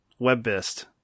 Webbist